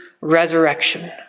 resurrection